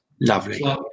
Lovely